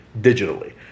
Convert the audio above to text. digitally